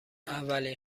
اولین